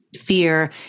fear